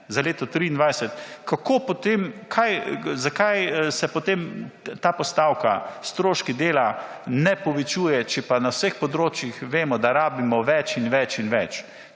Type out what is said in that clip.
za leto 2023 zakaj se, potem ta postavka stroški dela ne povečuje, če pa na vseh področjih vemo, da rabimo več in več, kje